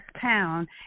town